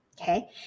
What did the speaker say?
Okay